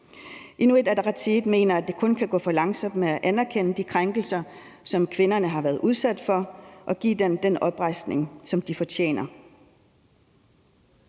Inuit Ataqatigiit mener, at det kun kan gå for langsomt med at anerkende de krænkelser, som kvinderne har været udsat for, og give dem den oprejsning, som de fortjener.